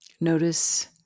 notice